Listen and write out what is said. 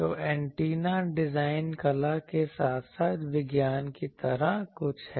तो antenna design कला के साथ साथ विज्ञान की तरह कुछ है